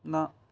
ਨਾ